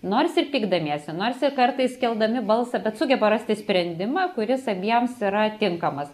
nors ir pykdamiesi nors ir kartais keldami balsą bet sugeba rasti sprendimą kuris abiems yra tinkamas